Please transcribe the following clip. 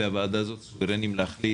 והוועדה הזאת סוברנים להחליט.